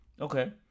okay